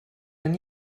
man